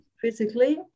physically